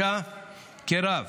המרכז לקידום מעמד האישה על שם רות